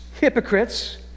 hypocrites